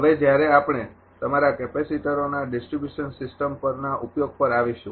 હવે જ્યારે આપણે તમારા કેપેસિટરોના ડિસ્ટ્રિબ્યુશન સિસ્ટમ પરના ઉપયોગ પર આવીશું